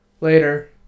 Later